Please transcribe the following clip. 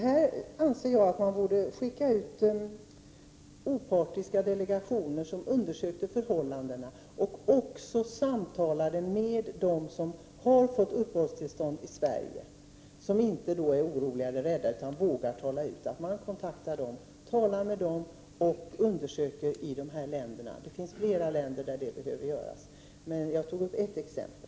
Jag anser att man borde skicka ut opartiska delegationer som undersöker förhållandena och samtalar med dem som har upphållstillstånd i Sverige, som inte är oroliga eller rädda utan vågar tala ut. Sådana här undersökningar behöver göras i flera länder — jag tog bara ett exempel.